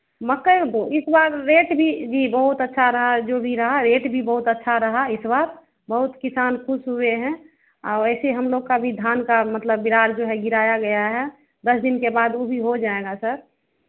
मकई वो इस बार रेट भी जी बहुत अच्छा रहा जो भी रहा रेट भी बहुत अच्छा रहा इस बार बहुत किसान खुश हुए हैं औ ऐसे ही हम लोग का भी धान का मतलब बिरार जो है गिराया गया है दस दिन के बाद ऊ भी हो जाएगा सर